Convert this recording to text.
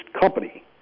company